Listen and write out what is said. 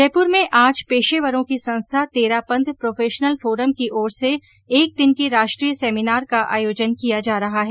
जयपुर में आज पेशेवरों की संस्था तेरापंथ प्रोफेशनल फोरम की ओर से एक दिन की राष्ट्रीय सेमिनार का आयोजन किया जा रहा है